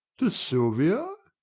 to silvia!